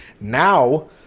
Now